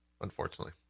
Unfortunately